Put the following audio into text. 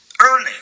early